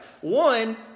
One